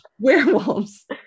werewolves